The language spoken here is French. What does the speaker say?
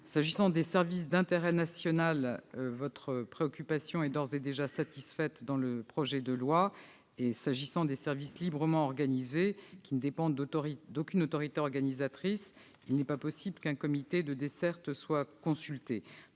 sur les services d'intérêt national est d'ores et déjà satisfaite dans le projet de loi. Et comme les services librement organisés ne dépendent d'aucune autorité organisatrice, il n'est pas possible qu'un comité de dessertes soit consulté.